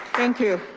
thank you.